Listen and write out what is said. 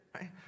right